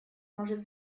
может